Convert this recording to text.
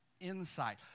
insight